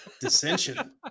Dissension